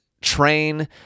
train